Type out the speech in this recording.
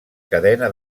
cadena